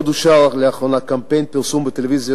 עוד אושר לאחרונה קמפיין פרסום בטלוויזיה